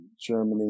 Germany